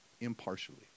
impartially